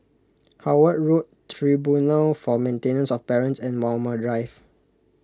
Howard Road Tribunal for Maintenance of Parents and Walmer Drive